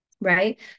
Right